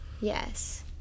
Yes